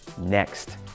next